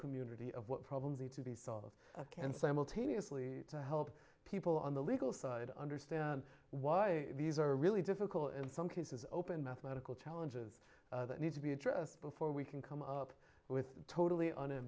community of what problems need to be solved can simultaneously help people on the legal side understand why these are really difficult in some cases open mathematical challenges that need to be addressed before we can come up with totally on a